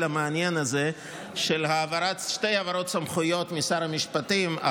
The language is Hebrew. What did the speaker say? המעניין הזה של שתי העברות סמכויות משר המשפטים,